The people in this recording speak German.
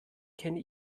kenne